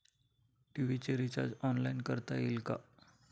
TV चे recharge online करता येईल का?